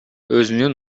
өзүнүн